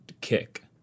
kick